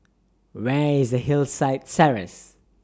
Where IS Hillside Terrace